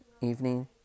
evening